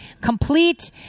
Complete